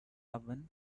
oven